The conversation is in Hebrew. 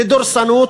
בדורסנות,